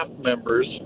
members